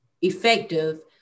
effective